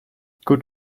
gut